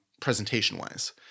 presentation-wise